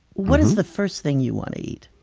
what is the first thing you want to eat?